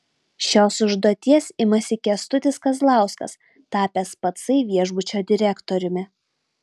šios užduoties imasi kęstutis kazlauskas tapęs pacai viešbučio direktoriumi